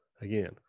Again